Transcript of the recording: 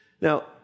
Now